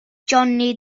johnny